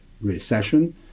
recession